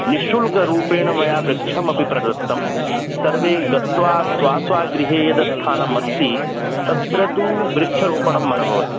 निश्शुल्करूपेण मया वृक्षः अपि प्रदत्तः सर्वे गत्वा स्वस्वगृहे यद् स्थानम् अस्ति तत्र तु वृक्षारोपणम् अर भवतु